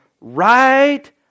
right